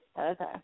Okay